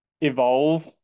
evolve